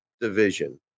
division